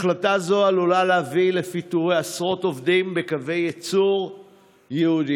החלטה זו עלולה להביא לפיטורי עשרות עובדים בקווי ייצור ייעודיים.